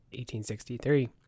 1863